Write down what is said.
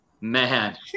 man